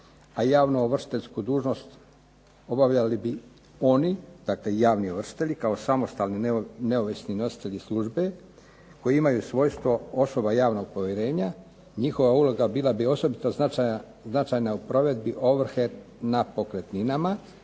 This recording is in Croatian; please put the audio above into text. a javno-ovršiteljsku dužnost obavljali bi oni, dakle javni ovršitelji kao samostalni neovisni nositelji službe, koji imaju svojstvo osoba javnog povjerenja, njihova uloga bila bi osobito značajna u provedbi ovrhe na pokretninama,